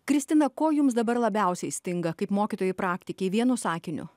kristina ko jums dabar labiausiai stinga kaip mokytojai praktikei vienu sakiniu